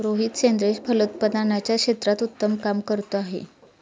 रोहित सेंद्रिय फलोत्पादनाच्या क्षेत्रात उत्तम काम करतो आहे